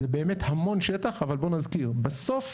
זה באמת המון שטח אבל בואו נזכיר, בסוף